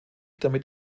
damit